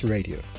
Radio